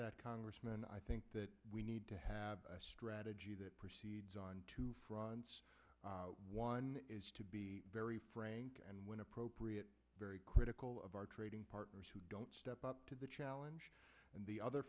that congressman i think that we need to have a strategy that proceeds on two fronts one is to be very frank and when appropriate very critical of our trading partners who don't step up to the challenge and the other